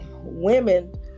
women